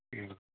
ہوں